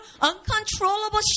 uncontrollable